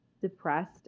depressed